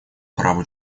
праву